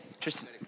tristan